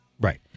right